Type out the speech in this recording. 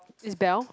is bell